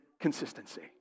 consistency